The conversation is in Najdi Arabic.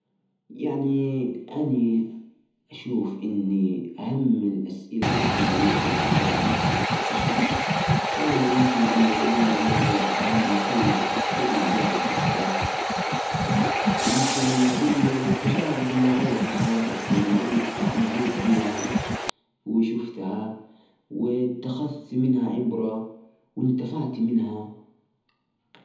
إذا أبغى أتعرف على شخص بشكل أفضل، ممكن أطرح ها السؤالين. أول واحد، وش هو أكثر شيء تحبه في حياتك؟ وليش؟ هذا السؤال يساعدني أتعرف على اهتماماته وقيمة. السؤال الثاني، إذا كان عندك فرصة لتسافر أي مكان في العالم، وين بتروح؟ وليش؟ هذا يعطي فكرة عن شخصيته وأحلامه وطموحاته.